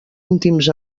íntims